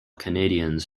canadiens